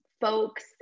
folks